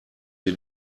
wir